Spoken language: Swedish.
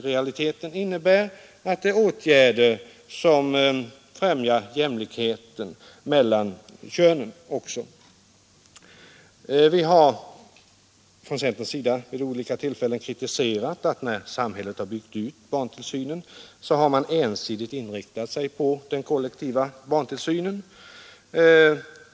Detta innebär i realiteten åtgärder som också främjar jämlikheten mellan könen. Centerpartiet har vid olika tillfällen kritiserat att man, när samhället har byggt ut barntillsynen, ensidigt har inriktat sig på den kollektiva barntillsynen.